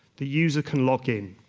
the user can log in.